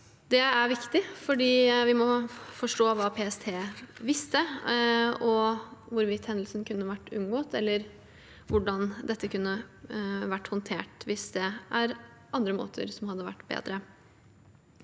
Det er viktig, for vi må forstå hva PST visste, og forstå hvorvidt hendelsen kunne vært unngått, eller hvordan dette kunne vært håndtert annerledes hvis det var andre